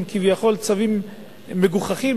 הם כביכול צווים מגוחכים,